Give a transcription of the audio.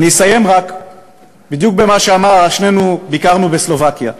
ואסיים רק בדיוק במה שאמר שנינו ביקרנו בסלובקיה,